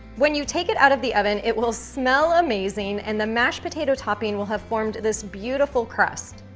when you take it out of the oven, it will smell amazing and the mashed potato topping will have formed this beautiful crust.